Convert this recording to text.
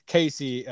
Casey